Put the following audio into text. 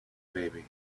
baby